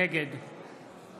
נגד